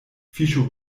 fiŝo